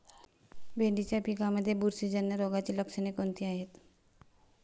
भेंडीच्या पिकांमध्ये बुरशीजन्य रोगाची लक्षणे कोणती आहेत?